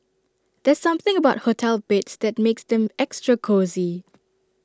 there's something about hotel beds that makes them extra cosy